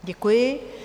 Děkuji.